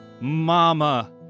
Mama